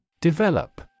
Develop